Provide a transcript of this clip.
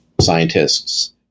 scientists